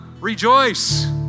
Rejoice